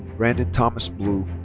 brandon thomas blue.